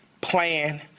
plan